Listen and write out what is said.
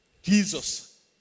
Jesus